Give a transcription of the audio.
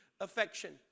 affection